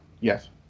Yes